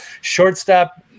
shortstop